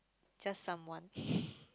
just someone